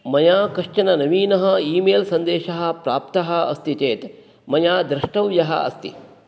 मया कश्चन नवीनः ईमेल् सन्देशः प्राप्तः अस्ति चेत् मया द्रष्टव्यः अस्ति